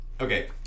okay